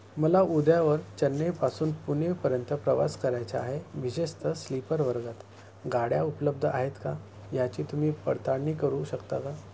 मला उद्यावर चेन्नईपासून पुणेपर्यंत प्रवास करायचा आहे विशेषतः स्लीपर वर्गात गाड्या उपलब्ध आहेत का याची तुम्ही पडताळणी करू शकता का